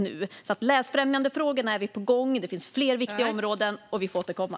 När det gäller läsfrämjandefrågorna är vi alltså på gång, men det finns fler viktiga områden. Vi får återkomma.